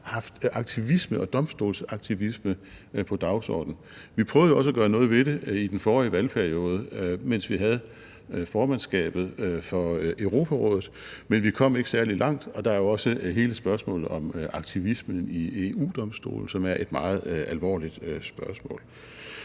haft aktivisme og domstolsaktivisme på dagsordenen. Vi prøvede også at gøre noget ved det i den forrige valgperiode, mens vi havde formandskabet for Europarådet, men vi kom ikke særlig langt. Der er også hele spørgsmålet om aktivismen i EU-Domstolen, som er et meget alvorligt spørgsmål.